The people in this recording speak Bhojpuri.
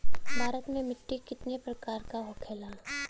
भारत में मिट्टी कितने प्रकार का होखे ला?